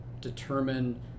determine